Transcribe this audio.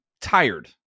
tired